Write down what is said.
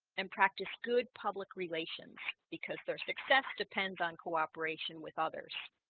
and practice good public relations because their success depends on cooperation with others